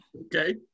Okay